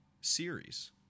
series